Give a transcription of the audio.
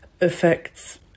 affects